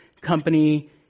company